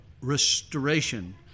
restoration